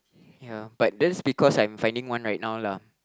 ya but that's because I'm finding one right now lah